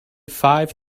five